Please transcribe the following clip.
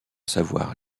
savoir